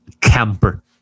Camper